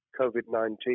COVID-19